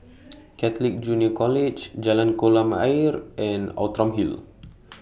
Catholic Junior College Jalan Kolam Ayer and Outram Hill